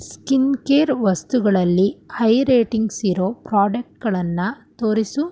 skin care ವಸ್ತುಗಳಲ್ಲಿ high ratings ಇರೊ ಪ್ರಾಡಕ್ಟ್ಗಳನ್ನು ತೋರಿಸು